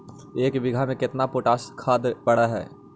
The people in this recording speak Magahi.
एक बिघा में केतना पोटास खाद पड़ है?